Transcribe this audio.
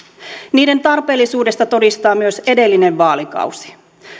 niiden tarpeellisuudesta todistaa myös edellinen vaalikausi